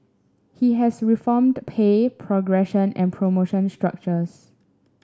he has reformed pay progression and promotion structures